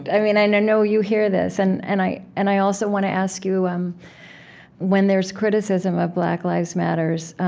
i mean, and i know know you hear this, and and i and i also want to ask you um when there's criticism of black lives matters,